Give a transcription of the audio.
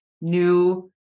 new